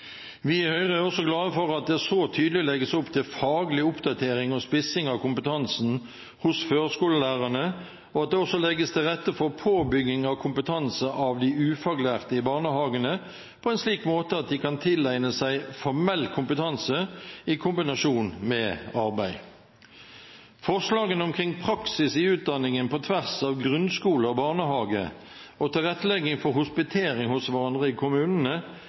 Vi i Høyre er også glade for at det så tydelig legges opp til faglig oppdatering og spissing av kompetansen hos førskolelærerne, og at det også legges til rette for påbygging av kompetanse av de ufaglærte i barnehagene på en slik måte at de kan tilegne seg formell kompetanse i kombinasjon med arbeid. Forslagene omkring praksis i utdanningen på tvers av grunnskole og barnehage og tilrettelegging for hospitering hos hverandre i kommunene